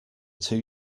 two